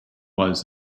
was